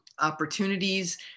opportunities